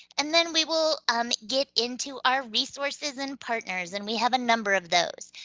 and then we will um get into our resources and partners, and we have a number of those.